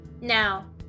Now